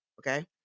okay